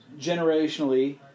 generationally